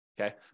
okay